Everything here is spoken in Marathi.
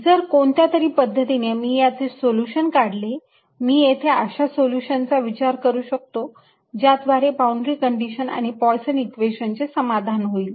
जर कोणत्या तरी पद्धतीने मी याचे सोल्युशन काढले मी येथे अशा सोल्युशनचा विचार करू शकतो ज्याद्वारे बाउंड्री कंडिशन आणि पोयसन इक्वेशन Poisson's equation चे समाधान होईल